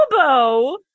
elbow